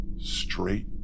straight